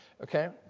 Okay